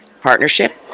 partnership